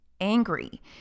angry